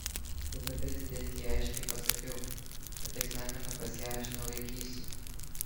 tada prezidentei aiškiai pasakiau kad egzamino pas ją aš nelaikysiu